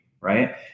right